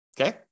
okay